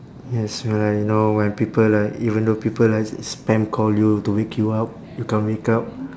yes when like you know when people like even though people like spam call you to wake you up you can't wake up